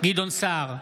גדעון סער,